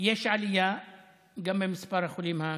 יש עלייה גם במספר העולים הקשים.